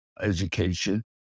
education